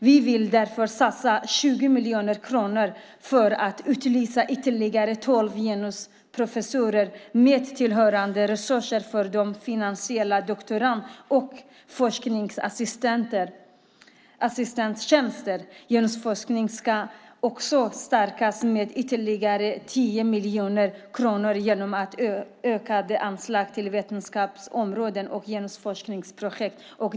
Vi vill därför satsa 20 miljoner kronor för att utlysa ytterligare tolv genusprofessurer med tillhörande resurser för att finansiera doktorand och forskarassistenttjänster. Genusforskningen ska också stärkas med ytterligare 10 miljoner kronor genom ökade anslag till Vetenskapsrådet för genusforskningsprojekt.